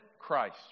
Christ